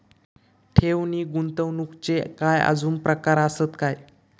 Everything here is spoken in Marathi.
ठेव नी गुंतवणूकचे काय आजुन प्रकार आसत काय?